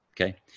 Okay